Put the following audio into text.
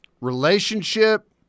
relationship